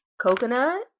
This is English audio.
coconut